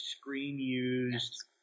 screen-used